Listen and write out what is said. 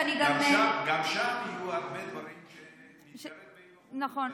ואני גם, גם שם יהיו הרבה דברים שנצטרך, נכון.